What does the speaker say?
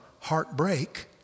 heartbreak